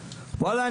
וואלה,